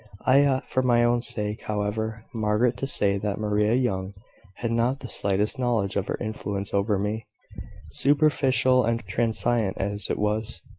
i ought, for my own sake, however, margaret, to say that maria young had not the slightest knowledge of her influence over me superficial and transient as it was.